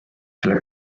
selle